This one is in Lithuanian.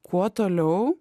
kuo toliau